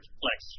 flex